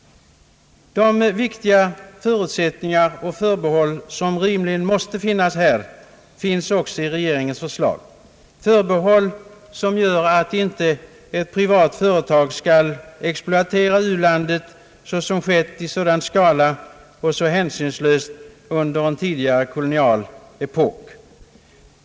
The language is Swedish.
De viktiga förutsättningar och förbehåll som rimligen måste uppsättas här finns också i regeringens förslag; förbehåll som gör att ett privat företag inte skall kunna exploatera u-landet som skett i stor skala och så hänsynslöst under en tidigare kolonial epok.